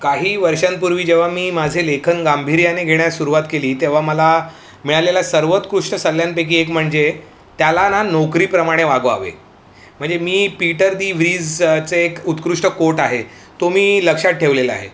काही वर्षांपूर्वी जेव्हा मी माझे लेखन गांभिर्याने घेण्यास सुरवात केली तेव्हा मला मिळालेल्या सर्वोत्कृष्ट सल्ल्यांपैकी एक म्हणजे त्याला ना नोकरीप्रमाणे वागवावे म्हणजे मी पीटर दी व्रीजचे एक उत्कृष्ट कोट आहे तो मी लक्षात ठेवलेला आहे